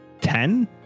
Ten